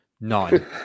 nine